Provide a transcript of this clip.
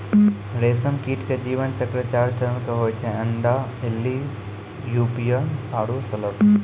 रेशम कीट के जीवन चक्र चार चरण के होय छै अंडा, इल्ली, प्यूपा आरो शलभ